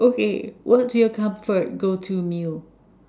okay what's your comfort go to meal